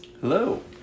Hello